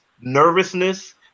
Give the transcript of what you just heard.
nervousness